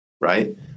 Right